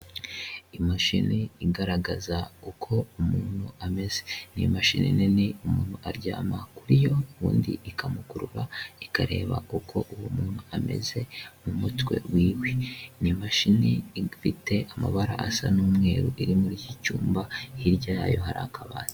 Imashini igaragaza uko umuntu ameze ni imashini nini umuntu aryama kuri yo ubundi ikamukurura ikareba uko uwo muntu ameze mu mutwe wiwe n'imashini ifite amabara asa n'umweru iri muri iki cyumba hirya yayo hari akabati.